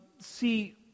see